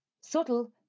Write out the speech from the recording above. subtle